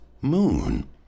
moon